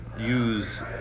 use